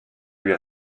lui